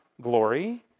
glory